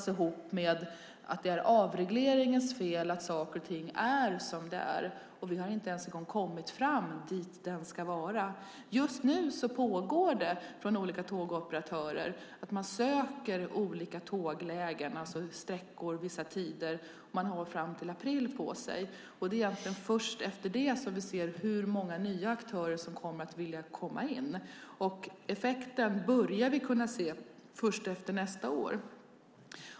Det verkar som om man menar att det är avregleringens fel att saker och ting är som de är, och då har den inte ens kommit fram dit den ska vara. Just nu söker olika tågoperatörer olika tåglägen, alltså vissa sträckor och tider, och man har fram till april på sig. Det är först därefter vi ser hur många nya aktörer som kommer att vilja komma in. Effekten börjar vi kunna se först efter nästa år.